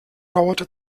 dauerte